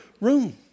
room